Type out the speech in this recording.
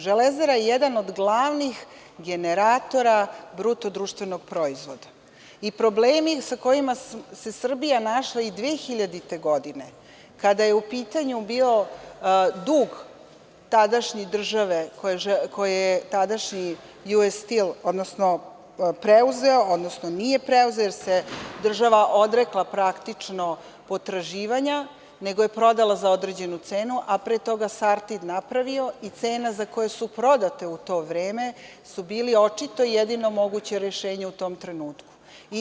Železara“ je jedan od glavnih generatora BDP-a i problemi sa kojima se Srbija našla i 2000. godine kada je u pitanju bio dug tadašnje države, koji je tadašnji US Steel, odnosno preuzeo, odnosno nije preuzeo, jer se država odrekla praktično potraživanja, nego je prodala za određenu cenu, a pre toga „Sartid“ napravio i cena za koje su prodate u to vreme, su bili očito jedino moguće rešenje u tom trenutku.